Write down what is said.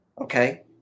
Okay